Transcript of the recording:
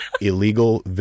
illegal